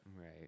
Right